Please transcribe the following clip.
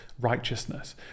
righteousness